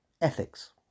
Ethics